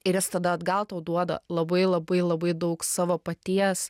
ir jis tada atgal tau duoda labai labai labai daug savo paties